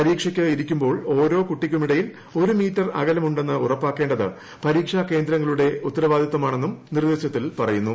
പരീക്ഷയ്ക്ക് ഇരിക്കുമ്പോൾ ഓരോ കുട്ടിക്കുമിടയിൽ ഒരു മീറ്റർ അകലം ഉണ്ടെന്ന് ഉറപ്പാക്കേണ്ടത് പരീക്ഷാ കേന്ദ്രങ്ങളുടെ ഉത്തരവാദിത്തമാണെന്നും നിർദ്ദേശത്തിൽ പറയുന്നു